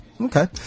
Okay